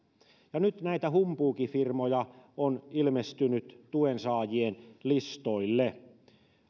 ja nyt näitä humpuukifirmoja on ilmestynyt tuensaajien listoille